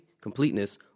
completeness